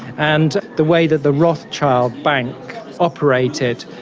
and the way that the rothschild bank operated,